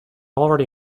already